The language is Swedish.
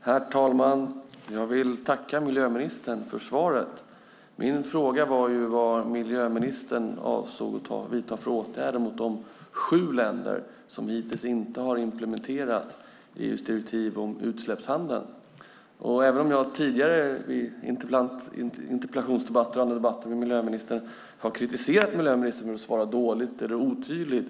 Herr talman! Jag vill tacka miljöministern för svaret. Min fråga var vilka åtgärder miljöministern avser att vidta mot de sju länder som hittills inte har implementerat EU:s direktiv om utsläppshandeln. Jag har i tidigare interpellationsdebatter och i andra debatter med miljöministern kritiserat ministern för att svara dåligt eller otydligt.